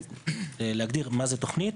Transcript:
להגדיר מה זה תוכנית.